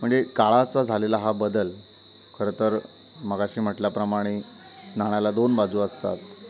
म्हणजे काळाचा झालेला हा बदल खरं तर मघाशी म्हटल्याप्रमाणे नाण्याला दोन बाजू असतात